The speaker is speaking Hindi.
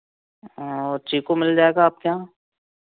चीकू मिल जाएगा आपके यहाँ